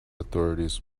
authorities